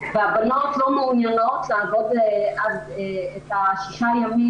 והבנות לא מעוניינות לעבוד את שישה הימים